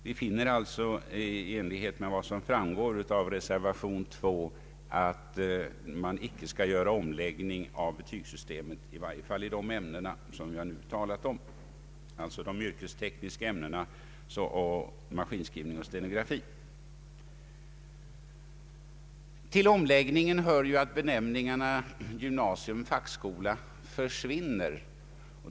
Vi finner alltså i enlighet med vad som framgår av reservation 2 att man inte skall göra en omläggning av betygssystemet, i varje fall i fråga om de yrkestekniska ämnena såsom maskinskrivning och stenografi. Till omläggningen hör att benämningarna gymnasium och fackskola försvinner.